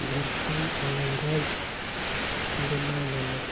ᱡᱷᱟᱲᱠᱷᱚᱸᱰ ᱟᱞᱟᱜᱽ ᱨᱟᱡᱽ ᱵᱮᱱᱟᱣ ᱞᱮᱱᱟ